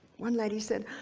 one lady said,